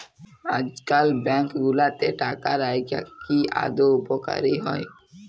আইজকাল ব্যাংক গুলাতে টাকা রাইখা কি আদৌ উপকারী হ্যয়